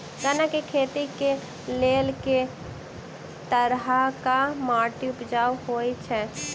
गन्ना केँ खेती केँ लेल केँ तरहक माटि उपजाउ होइ छै?